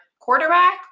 quarterback